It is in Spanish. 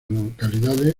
localidades